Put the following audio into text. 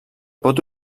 pot